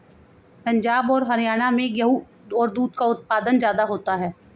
पंजाब और हरयाणा में गेहू और दूध का उत्पादन ज्यादा होता है